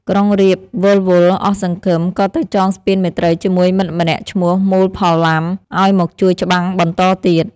ក្រុងរាពណ៍វិលវល់ អស់សង្ឃឹមក៏ទៅចងស្ពានមេត្រីជាមួយមិត្តម្នាក់ឈ្មោះ មូលផល័ម ឱ្យមកជួយច្បាំងបន្តទៀត។